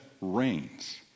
reigns